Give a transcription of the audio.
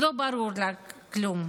לא בוער לה כלום.